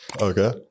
Okay